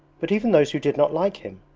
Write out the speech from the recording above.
but even those who did not like him,